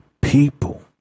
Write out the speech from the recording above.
people